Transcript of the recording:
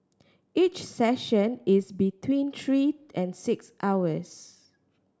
each session is between three and six hours